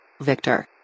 Victor